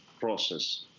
process